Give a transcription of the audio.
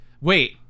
Wait